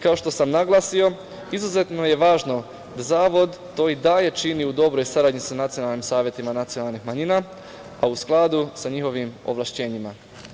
Kao što sam naglasio, izuzetno je važno da zavod to i dalje čini u dobroj saradnji sa nacionalnim savetima nacionalnih manjina, a u skladu sa njihovim ovlašćenjima.